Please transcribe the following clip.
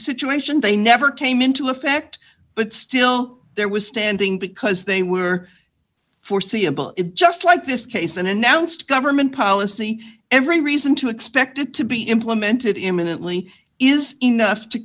situation they never came into effect but still there was standing because they were foreseeable it just like this case and announced government policy every reason to expect it to be implemented imminently is enough to